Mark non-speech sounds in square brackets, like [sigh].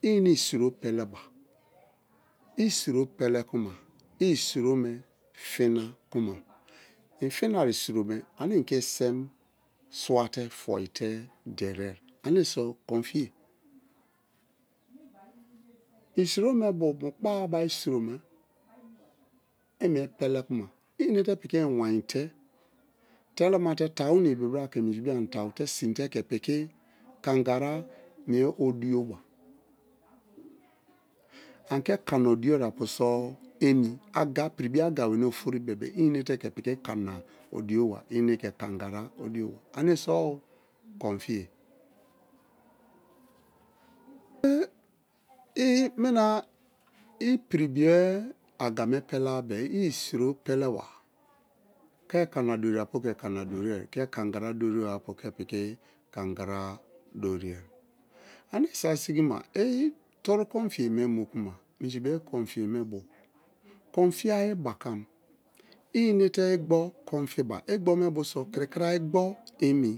I ine isiro peleba, i isiro pele kuma, i isiro me fina kuma i fina isiro me ane i ke isam swate foi te deriari. Aneme so kon fiye. Isiro me bo mu kpa-a ba isiro me i mie pele kuma i inete pi̱ki iwain te̱ telomate tau̱ na ibi bra ke̱ tau̱ te sin te ke piki kangara mie odioba ari ke piki ka na odio apu so emi aga piri bio aga weni ofori bebe-e i enete piki kana odio ba aneme so o konfiye [hesitation] i mina ipri bio aga pela-a bee i isiro peleba, ke kana dori-apu ke kana dorie, ke kangara dori apu piki kangara dorie. Aneme saki sigima i toru konfiye me mu kuma minji bio konfiye me bo kon fi ayi bakam i inete igbo̱ kon fiba igbome bi̱o so kirikiri a igbo emi